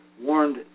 warned